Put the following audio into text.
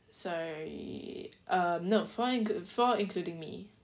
sorry um no four includ~ four including me